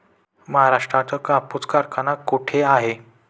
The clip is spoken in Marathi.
महाराष्ट्रात कापूस कारखाना कुठे आहे?